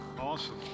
awesome